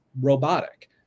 robotic